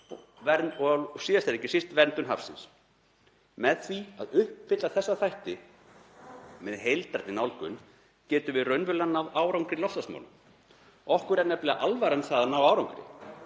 og síðast en ekki síst verndun hafsins. Með því að uppfylla þessa þætti með heildrænni nálgun getum við raunverulega náð árangri í loftslagsmálum. Okkur er nefnilega alvara með að ná árangri.